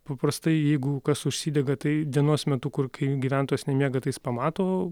paprastai jeigu kas užsidega tai dienos metu kur kai gyventojas nemiega tai jis pamato